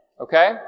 okay